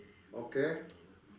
okay